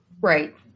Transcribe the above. right